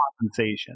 compensation